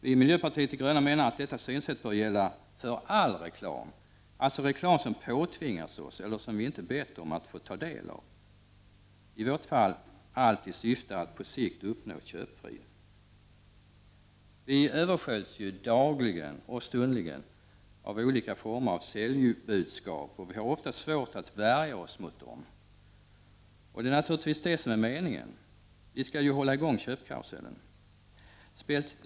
Vi i miljöpartiet de gröna menar att detta synsätt bör gälla för all reklam, alltså reklam som påtvingas oss eller som vi i varje fall inte bett att få ta del av, allt i syfte att på sikt uppnå köpfrid. Vi översköljs dagligen och stundligen av olika former av säljbudskap, och vi har ofta svårt att värja oss mot dem — det är naturligtvis det som är meningen. Vi skall ju hålla i gång köpkarusellen.